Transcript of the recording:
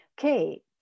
Okay